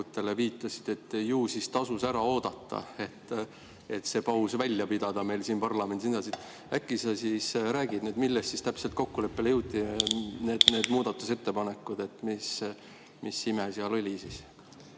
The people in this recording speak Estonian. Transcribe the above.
et ju siis tasus ära oodata. Et see paus välja pidada meil siin parlamendis, äkki sa räägid, milles täpselt kokkuleppele jõuti? Need muudatusettepanekud, mis ime seal oli siis?